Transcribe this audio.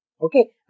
okay